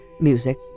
music